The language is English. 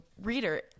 reader